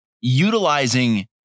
utilizing